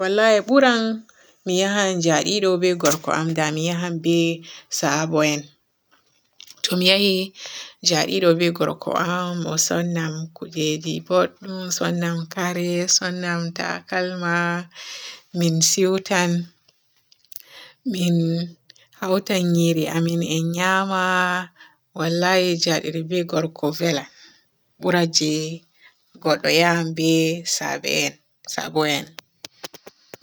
Wallahi buran mi ya ja'i ɗo be gorko am da mi yaha be saabo'en. To miye ja'i ɗo be gurko am o sonna am kujeji bodɗum, sonnam kare, sonnam takalma, min siiwtan, min hautan nyiri amin en nyama wallahi ja'iri be gurko velan bura je godɗo yahan be saabe'en saabo'en.